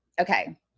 okay